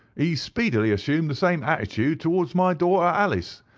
he speedily assumed the same attitude towards my daughter, alice,